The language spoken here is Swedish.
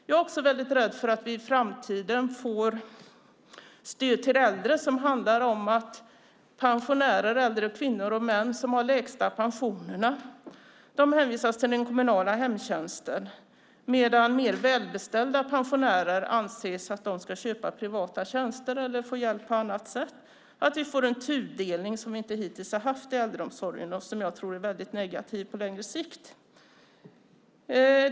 Jag är rädd för att stödet i framtiden kommer att innebära att pensionärer med de lägsta pensionerna hänvisas till den kommunala hemtjänsten medan mer välbeställda pensionärer anses kunna köpa privata tjänster eller få hjälp på annat sätt. Vi riskerar att få en tudelning av äldreomsorgen som vi hittills inte har haft, vilket jag tror på sikt är mycket negativt.